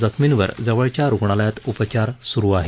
जखमींवर जवळच्या रुग्णालयात उपचार स्रू आहेत